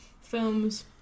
films